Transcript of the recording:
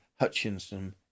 Hutchinson